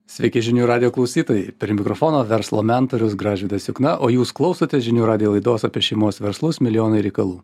sveiki žinių radijo klausytojai prie mikrofono verslo mentorius gražvydas jukna o jūs klausote žinių radijo laidos apie šeimos verslus milijonai reikalų